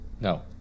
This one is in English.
No